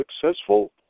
successful